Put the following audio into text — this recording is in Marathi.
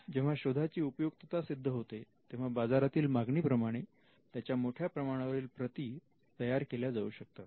जेव्हा शोधाची उपयुक्तता सिद्ध होते तेव्हा बाजारातील मागणीप्रमाणे त्याच्या मोठ्या प्रमाणावरील प्रति तयार केल्या जाऊ शकतात